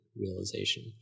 realization